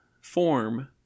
form